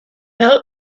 fell